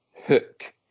Hook